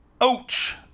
Ouch